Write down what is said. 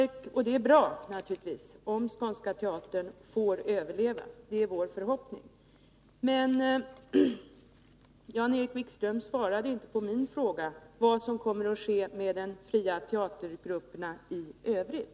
Det är naturligtvis bra om Skånska Teatern får överleva — det är vår förhoppning. Men Jan-Erik Wikström svarade inte på min fråga vad som kommer att ske med de fria teatergrupperna i övrigt.